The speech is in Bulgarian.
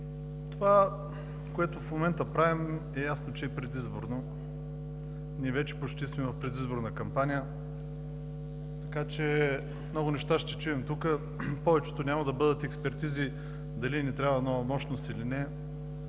това, което правим в момента, е ясно, че е предизборно, ние вече почти сме в предизборна кампания. Много неща ще чуем тук, повечето няма да бъдат експертизи – дали ни трябва нова мощност или не,